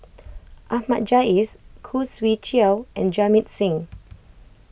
Ahmad Jais Khoo Swee Chiow and Jamit Singh